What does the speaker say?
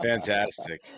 Fantastic